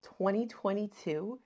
2022